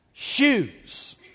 shoes